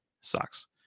sucks